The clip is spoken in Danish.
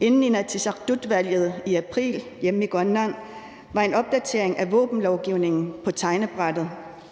Inden inatsisartutvalget i april hjemme i Grønland var en opdatering af våbenlovgivningen på tegnebrættet.